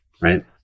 right